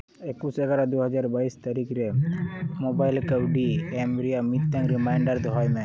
ᱮᱠᱩᱥ ᱮᱜᱟᱨᱳ ᱫᱩ ᱦᱟᱡᱟᱨ ᱵᱟᱭᱤᱥ ᱛᱟᱨᱤᱠᱷ ᱨᱮ ᱢᱳᱵᱟᱭᱤᱞ ᱠᱟᱹᱣᱰᱤ ᱮᱢ ᱨᱮᱭᱟᱜ ᱢᱤᱫᱴᱟᱱ ᱨᱤᱢᱟᱭᱤᱱᱰᱟᱨ ᱫᱚᱦᱚᱭ ᱢᱮ